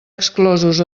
exclosos